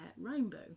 rainbow